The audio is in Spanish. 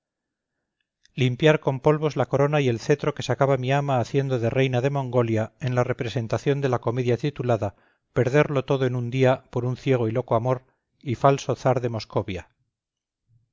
limpiar con polvos la corona y el cetro que sacaba mi ama haciendo de reina de mongolia en la representación de la comedia titulada perderlo todo en un día por un ciego y loco amor y falso czar de moscovia